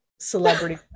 celebrity